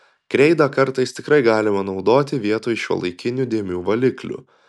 kreidą kartais tikrai galima naudoti vietoj šiuolaikinių dėmių valiklių